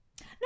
No